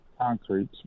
concrete